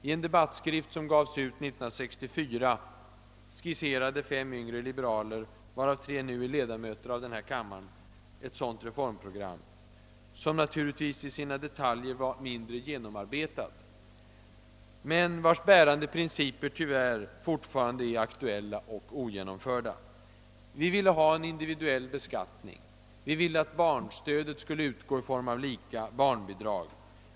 I en debattskrift som gavs ut 1964 skisserade fem yngre liberaler, av vilka tre nu är ledamöter av denna kammare, ett sådant reformprogram, som naturligtvis i sina detaljer var mindre genomarbetat, men vars bärande principer fortfarande är aktuella och tyvärr ogenomförda. Vi ville ha en individuell beskattning. Vi ville att barnstödet skulle utgå i form av lika barnbidrag.